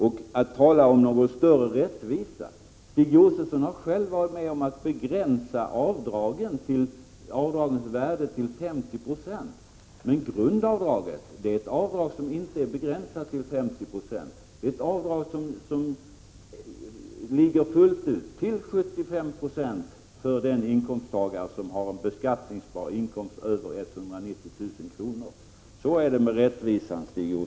Stig Josefson talar om större rättvisa, men han har själv varit med om att begränsa avdragens värde till 50 26. Men grundavdraget är inte begränsat till 50 26, utan det verkar fullt ut upp till 75 26 för den inkomsttagare som har en beskattningsbar inkomst över 190 000 kr. Så är det med rättvisan, Stig Josefson.